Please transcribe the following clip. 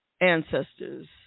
ancestors